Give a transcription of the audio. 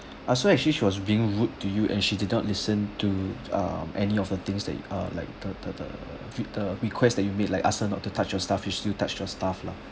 ah so actually she was being rude to you and she did not listen to ah any of the things that ah like the the the re~ the request that you've made like ask her not to touch your stuff she still touched your stuff lah